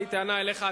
אין לי טענה אליך,